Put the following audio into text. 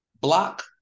block